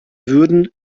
würden